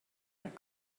that